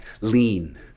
lean